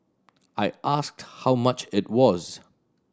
I asked how much it was